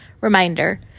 Reminder